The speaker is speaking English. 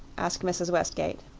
asked mrs. westgate.